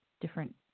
different